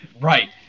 Right